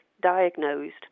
diagnosed